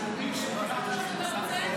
הנאומים --- אתה בטוח שאתה רוצה?